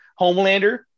Homelander